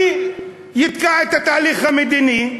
אני אתקע את התהליך המדיני,